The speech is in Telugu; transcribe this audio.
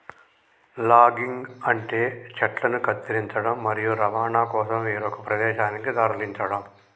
లాగింగ్ అంటే చెట్లను కత్తిరించడం, మరియు రవాణా కోసం వేరొక ప్రదేశానికి తరలించడం